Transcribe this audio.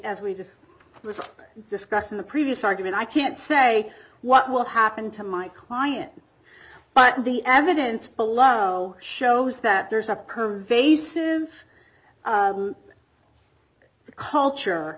as we just discussed in the previous argument i can't say what will happen to my client but the evidence below shows that there's a perv ace's the culture